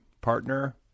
partner